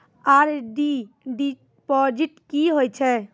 RD deposit की होय छै?